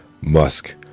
musk